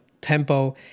tempo